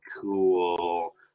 cool